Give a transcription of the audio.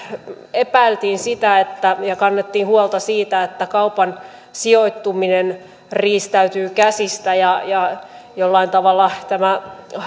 epäiltiin sitä ja kannettiin huolta siitä että kaupan sijoittuminen riistäytyy käsistä ja ja jollain tavalla